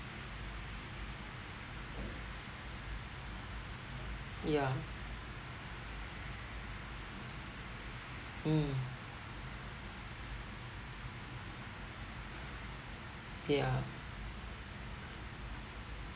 ya mm ya